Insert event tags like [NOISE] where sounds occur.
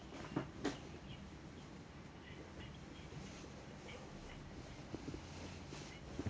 [BREATH]